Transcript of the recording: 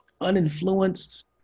uninfluenced